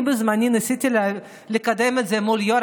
בזמני אני ניסיתי לקדם את זה מול יו"ר